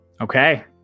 Okay